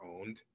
owned